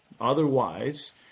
Otherwise